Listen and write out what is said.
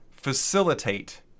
facilitate